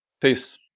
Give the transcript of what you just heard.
Peace